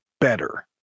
better